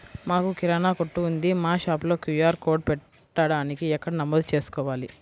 మాకు కిరాణా కొట్టు ఉంది మా షాప్లో క్యూ.ఆర్ కోడ్ పెట్టడానికి ఎక్కడ నమోదు చేసుకోవాలీ?